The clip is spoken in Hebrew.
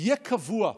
יהיה קבוע,